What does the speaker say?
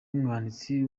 umwanditsi